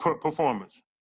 Performance